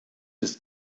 ist